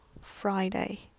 Friday